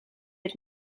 het